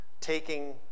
taking